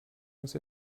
muss